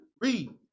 Read